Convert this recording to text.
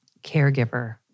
Caregiver